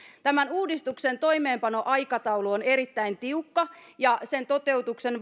tämän uudistuksen toimeenpanoaikataulu on erittäin tiukka sen toteutuksen